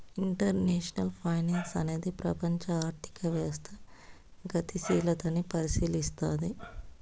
international finance అనేది ప్రపంచం ఆర్థిక వ్యవస్థ గతిశీలతని పరిశీలస్తది